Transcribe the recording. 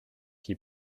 qui